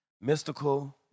Mystical